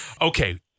Okay